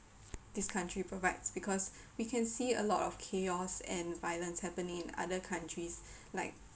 this country provides because we can see a lot of chaos and violence happened in other countries like